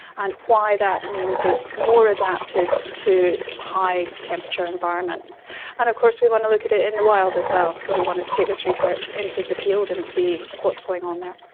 and why that means it's more adapted to high-temperature environments. and of course we want to look at it in the wild as well, so we want to take this research into the field and see what's going on there.